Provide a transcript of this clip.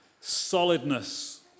solidness